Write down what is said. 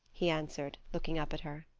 he answered, looking up at her.